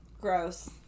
Gross